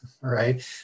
right